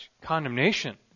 condemnation